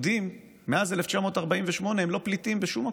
מאז 1948 יהודים הם לא פליטים בשום מקום.